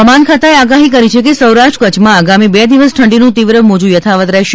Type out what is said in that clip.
હવામાન ખાતાએ આગાહી કરી છે કે સૌરાષ્ટ્ર કચ્છમાં આગામી બે દિવસ ઠંડીનું તીવ્ર મોજું યથાવત રહેશે